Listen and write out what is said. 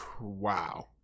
wow